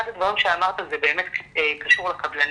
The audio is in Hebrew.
אחד הדברים שאמרת זה באמת קשור לקבלנים.